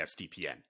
SDPN